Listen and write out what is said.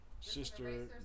sister